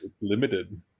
limited